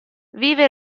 vive